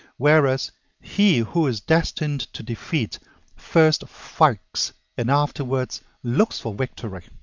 whereas he who is destined to defeat first fights and afterwards looks for victory.